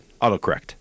Autocorrect